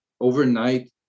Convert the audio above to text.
overnight